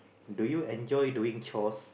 do you enjoy doing chores